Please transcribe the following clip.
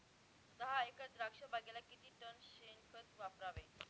दहा एकर द्राक्षबागेला किती टन शेणखत वापरावे?